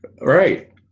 Right